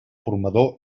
formador